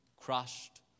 crushed